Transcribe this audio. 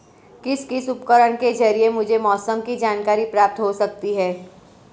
किस किस उपकरण के ज़रिए मुझे मौसम की जानकारी प्राप्त हो सकती है?